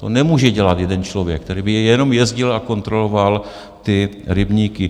To nemůže dělat jeden člověk, který jenom jezdil a kontroloval rybníky.